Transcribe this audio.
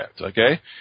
Okay